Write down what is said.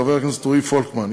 חבר הכנסת רועי פולקמן,